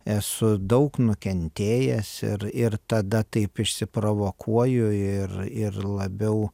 esu daug nukentėjęs ir ir tada taip išsiprovokuoju ir ir labiau